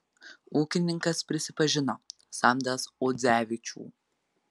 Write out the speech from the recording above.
ūkininkas prisipažino samdęs audzevičių